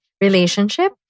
relationship